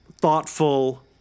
thoughtful